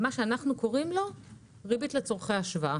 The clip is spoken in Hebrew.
מה שאנו קוראים לו ריבית לצורכי השוואה.